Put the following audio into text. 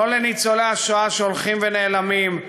לא לניצולי השואה שהולכים ונעלמים,